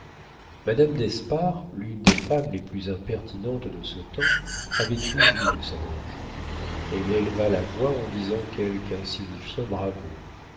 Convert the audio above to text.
d'espard l'une des femmes les plus impertinentes de ce temps avait tout vu de sa loge elle éleva la voix en disant quelque insignifiant bravo